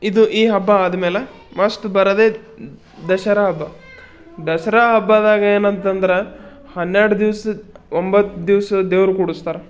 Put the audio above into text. ಇದು ಈ ಹಬ್ಬ ಆದ್ಮೇಲೆ ಮಷ್ಟ್ ಬರೋದೇ ದಸರಾ ಹಬ್ಬ ದಸರಾ ಹಬ್ಬದಾಗ ಏನಂತಂದ್ರೆ ಹನ್ನೆರಡು ದಿವಸ ಒಂಬತ್ತು ದಿವ್ಸ ದೇವ್ರು ಕೂಡಿಸ್ತಾರ